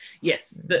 yes